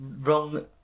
wrong